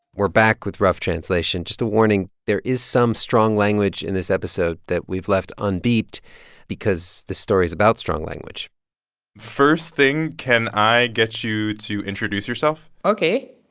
we're back with rough translation. just a warning there is some strong language in this episode that we've left unbeeped because this story's about strong language first thing can i get you to introduce yourself? ok.